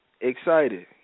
excited